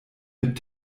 mit